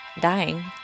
dying